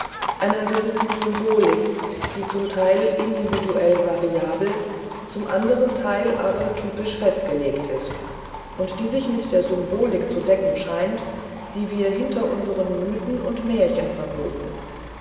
einer gewissen symbolik die zum teil individuell variabel zum anderen teil aber typisch festgelegt ist und die sich mit der symbolik zu decken scheint die wir hinter unseren mythen und märchen vermuten